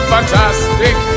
Fantastic